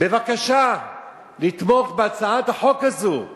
בבקשה לתמוך בהצעת החוק הזאת,